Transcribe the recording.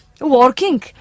working